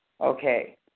Okay